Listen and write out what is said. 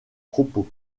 propos